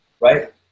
right